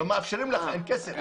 לא מאפשרים, אין כסף.